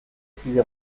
kide